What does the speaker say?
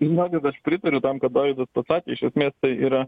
žinokit aš pritariu tam ką dovydas pasakė iš esmės tai yra